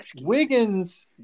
Wiggins